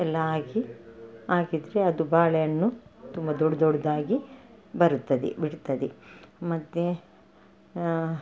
ಎಲ್ಲ ಹಾಕಿ ಹಾಕಿದರೆ ಅದು ಬಾಳೆ ಹಣ್ಣು ತುಂಬ ದೊಡ್ಡ ದೊಡ್ದಾಗಿ ಬರುತ್ತದೆ ಬಿಡ್ತದೆ ಮತ್ತೆ